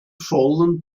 vollen